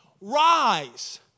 Rise